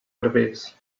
herbers